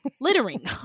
littering